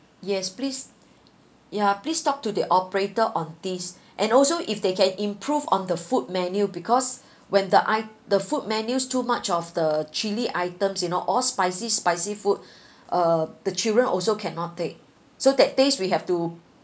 yes please ya please talk to the operator on this and also if they can improve on the food menu because when the I the food menus too much of the chilli items you know all spicy spicy food uh the children also cannot take so that days we have to